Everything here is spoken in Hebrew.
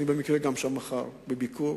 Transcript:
במקרה אהיה גם מחר בביקור